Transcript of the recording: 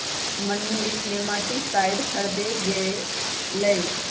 Manish nematicide खरीदे गय लय